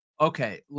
okay